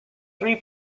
three